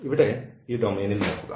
ഇവിടെ ഈ ഡൊമെയ്നിൽ നോക്കുക